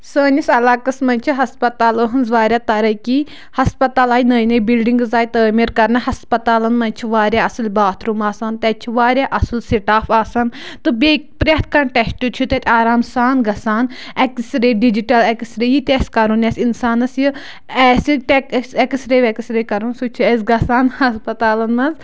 سٲنِس علاقَس منٛزِ چھِ ہَسپَتالو ہٕنٛز واریاہ ترقی ہَسپَتال آیہِ نٔے نٔے بِلڈِنٛگٕز آیہِ تعمیٖر کَرنہٕ ہَسپَتالَن منٛز چھِ واریاہ اَصٕل باتھروٗم آسان تَتہِ چھِ واریاہ اَصٕل سِٹاف آسان تہٕ بیٚیہِ پرٛٮ۪تھ کانٛہہ ٹٮ۪سٹ چھُ تَتہِ آرام سان گژھان X ray digital X ray یہِ تہِ اَسہِ کَرُن یَس اِنسانَس یہِ آسہِ ایٚکس رے وٮ۪کٕس رے کَرُن سُہ تہِ چھُ اَسہِ گژھان ہَسپَتالَن منٛز